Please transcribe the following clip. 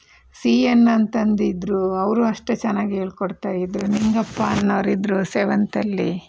C N ಅಂತಂದಿದ್ರು ಅವರೂ ಅಷ್ಟೇ ಚೆನ್ನಾಗಿ ಹೇಳ್ಕೊಡ್ತಾಯಿದ್ರು ನಿಂಗಪ್ಪ ಅನ್ನೋರು ಇದ್ರು ಸೆವೆಂತಲ್ಲಿ